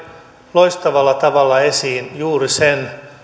loistavalla tavalla esiin juuri sen